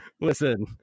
listen